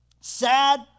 sad